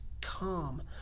calm